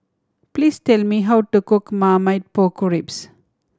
please tell me how to cook marmite pork ribs